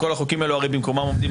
כל החוקים האלה הרי במקומם עומדים,